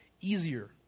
easier